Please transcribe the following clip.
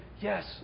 yes